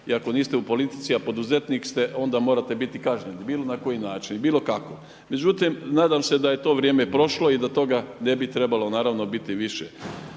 i ako niste u politici a poduzetnik ste, onda morate biti kažnjeni bilo na koji način i bilo kako. Međutim, nadam se da je to vrijeme prošlo i da toga ne bi trebalo naravno biti više.